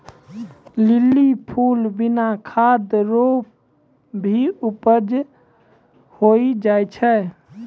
lily फूल बिना खाद रो भी उपजा होय जाय छै